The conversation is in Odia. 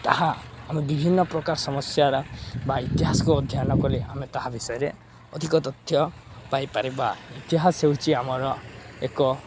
ତାହା ଆମେ ବିଭିନ୍ନପ୍ରକାର ସମସ୍ୟାର ବା ଇତିହାସକୁ ଅଧ୍ୟୟନ କଲେ ଆମେ ତାହା ବିଷୟରେ ଅଧିକ ତଥ୍ୟ ପାଇପାରିବା ଇତିହାସ ହେଉଛି ଆମର ଏକ